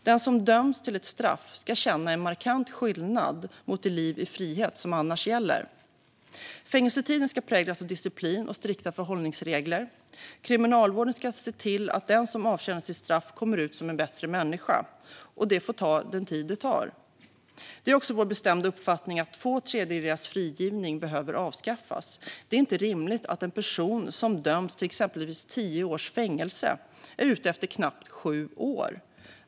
Den som döms till ett straff ska känna en markant skillnad mot det liv i frihet som annars gäller. Fängelsetiden ska präglas av disciplin och strikta förhållningsregler. Kriminalvården ska se till att den som avtjänat sitt straff kommer ut som en bättre människa, och det får ta den tid det tar. Det är också vår bestämda uppfattning att tvåtredjedelsfrigivning behöver avskaffas. Det är inte rimligt att en person som dömts till exempelvis tio års fängelse är ute efter knappt sju år.